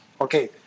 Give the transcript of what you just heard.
okay